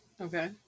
Okay